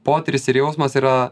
potyris ir jausmas yra